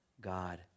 God